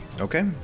Okay